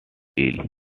ill